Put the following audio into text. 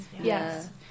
Yes